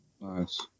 Nice